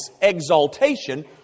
exaltation